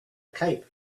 cape